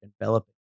enveloping